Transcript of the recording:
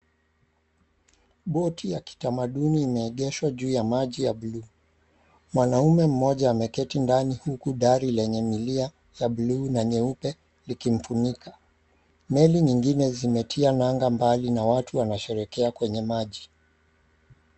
Boti ya kitamaduni imeegeshwa juu ya maji ya blue . Mwanamume mmoja ameketi ndani huku dari lenye milia ya blue na nyeupe likimfunika. Meli nyingine zimetia nanga mbali na watu wanasherehekea kwenye maji.